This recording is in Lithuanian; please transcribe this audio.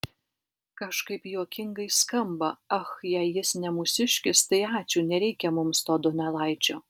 kažkaip juokingai skamba ach jei jis ne mūsiškis tai ačiū nereikia mums to donelaičio